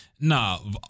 No